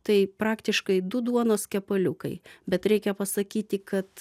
tai praktiškai du duonos kepaliukai bet reikia pasakyti kad